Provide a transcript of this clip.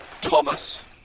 Thomas